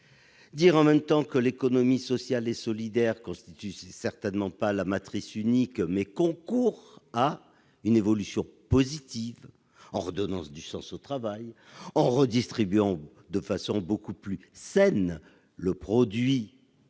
dit en même temps que l'économie sociale et solidaire, à défaut de constituer la matrice unique, concourt à une évolution positive en redonnant du sens au travail, en redistribuant de façon beaucoup plus saine la valeur,